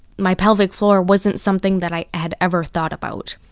my pelvic floor wasn't something that i had ever thought about.